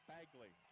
Bagley